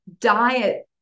diet